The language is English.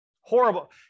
horrible